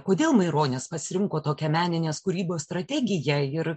kodėl maironis pasirinko tokią meninės kūrybos strategiją ir